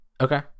Okay